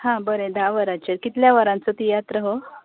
हां बरें धा वरांचेर कितल्या वरांचो तियात्र हो